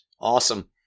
Awesome